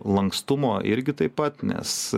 lankstumo irgi taip pat nes